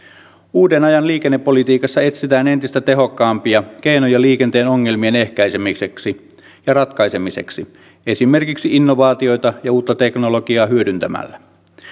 uuden ajan liikennepolitiikassa etsitään entistä tehokkaampia keinoja liikenteen ongelmien ehkäisemiseksi ja ratkaisemiseksi esimerkiksi innovaatioita ja uutta teknologiaa hyödyntämällä